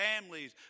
families